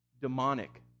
demonic